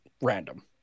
random